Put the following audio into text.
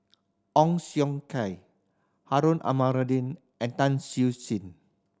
Ong Siong Kai Harun Aminurrashid and Tan Siew Sin